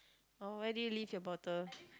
oh where did you leave your bottle